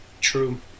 True